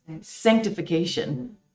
Sanctification